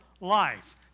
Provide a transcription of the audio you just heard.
life